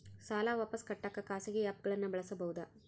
ಸಾಲ ವಾಪಸ್ ಕಟ್ಟಕ ಖಾಸಗಿ ಆ್ಯಪ್ ಗಳನ್ನ ಬಳಸಬಹದಾ?